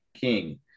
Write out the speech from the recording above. King